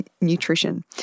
nutrition